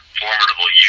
formidable